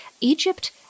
Egypt